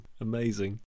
Amazing